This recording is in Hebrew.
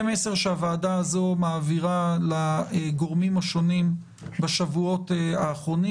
זה מסר שהוועדה הזו מעבירה לגורמים השונים בשבועות האחרונים.